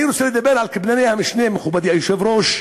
אני רוצה לדבר על קבלני המשנה, מכובדי היושב-ראש,